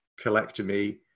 colectomy